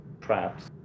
traps